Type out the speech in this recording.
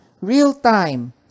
real-time